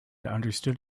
understood